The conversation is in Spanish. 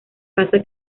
casa